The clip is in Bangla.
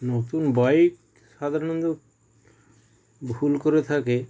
নতুন বাইক সাধারণত ভুল করে থাকে